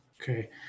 Okay